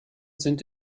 sind